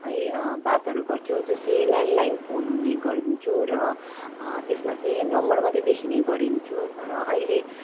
है बातहरू गर्थ्यौँ त्यो चाहिँ ल्यान्डलाइन फोन हुने गर्थ्यो र त्यसमा चाहिँ नम्बर मात्र देखिने गरेको थियो तर अहिले